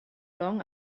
long